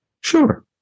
Sure